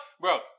Bro